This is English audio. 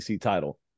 title